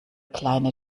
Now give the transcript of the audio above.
kleine